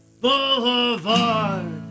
Boulevard